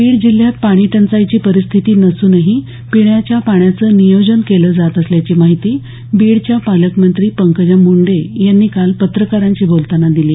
बीड जिल्ह्यात पाणीटंचाईची परिस्थिती नसूनही पिण्याच्या पाण्याचं नियोजन केलं जात असल्याची माहिती बीडच्या पालकमंत्री पंकजा मुंडे यांनी काल पत्रकारांशी बोलताना दिली